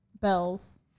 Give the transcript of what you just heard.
bells